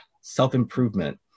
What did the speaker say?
self-improvement